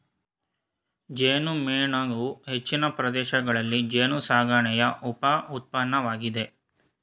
ಜೇನುಮೇಣವು ಹೆಚ್ಚಿನ ಪ್ರದೇಶಗಳಲ್ಲಿ ಜೇನುಸಾಕಣೆಯ ಉಪ ಉತ್ಪನ್ನವಾಗಿದೆ